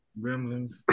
Gremlins